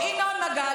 וינון מגל,